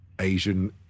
Asian